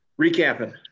recapping